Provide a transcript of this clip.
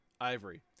Ivory